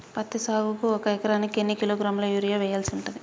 పత్తి సాగుకు ఒక ఎకరానికి ఎన్ని కిలోగ్రాముల యూరియా వెయ్యాల్సి ఉంటది?